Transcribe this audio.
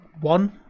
One